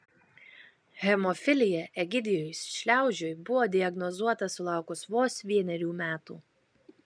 hemofilija egidijui šliaužiui buvo diagnozuota sulaukus vos vienerių metų